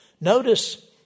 Notice